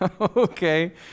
Okay